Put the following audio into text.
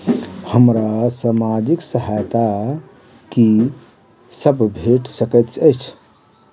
हमरा सामाजिक सहायता की सब भेट सकैत अछि?